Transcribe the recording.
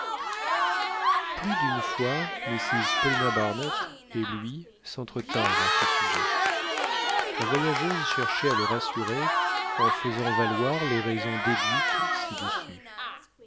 plus d'une fois mrs paulina barnett et lui s'entretinrent à ce sujet la voyageuse cherchait à le rassurer en faisant valoir les raisons déduites ci-dessus